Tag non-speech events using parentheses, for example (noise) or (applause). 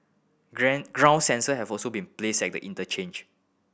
(unintelligible) ground sensor have also been placed at the interchange